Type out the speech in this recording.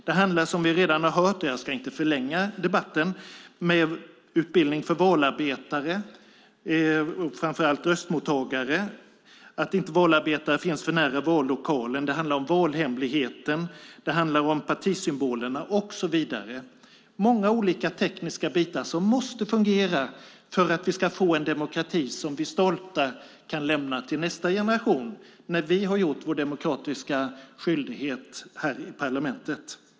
Det handlar, som vi redan har hört - jag ska inte förlänga debatten - om utbildning för valarbetare, framför allt röstmottagare, om att inte valarbetare ska finnas för nära vallokalen, om valhemligheten, om partisymbolerna och så vidare. Det är många olika tekniska bitar som måste fungera för att vi ska få en demokrati som vi stolta kan lämna till nästa generation när vi har gjort vår demokratiska skyldighet här i parlamentet.